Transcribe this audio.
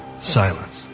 Silence